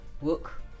work